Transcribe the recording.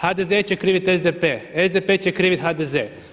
HDZ će kriviti SDP, SDP će kriviti HDZ.